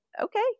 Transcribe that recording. okay